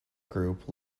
group